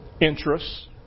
interests